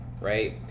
right